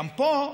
גם פה,